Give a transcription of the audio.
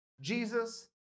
Jesus